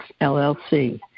LLC